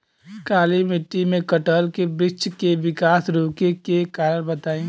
काली मिट्टी में कटहल के बृच्छ के विकास रुके के कारण बताई?